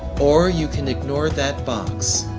or you can ignore that box.